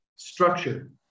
structure